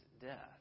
death